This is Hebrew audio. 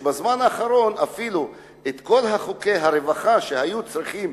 שבזמן האחרון כל חוקי הרווחה שהיו צריכים